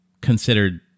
considered